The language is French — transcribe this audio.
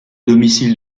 domicile